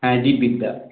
হ্যাঁ জীববিদ্যা